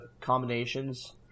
combinations